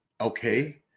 okay